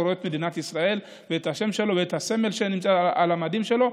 רואה את מדינת ישראל ואת השם שלו ואת הסמל שנמצא על המדים שלו.